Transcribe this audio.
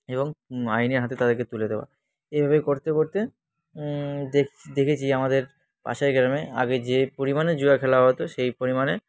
এবং আইনের হাতে তাদেরকে তুলে দেওয়া এভাবে করতে করতে দেখ দেখেছি আমাদের পাশের গ্রামে আগে যে পরিমাণে জুয়া খেলা হতো সেই পরিমাণে